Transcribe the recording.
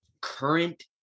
current